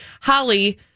Holly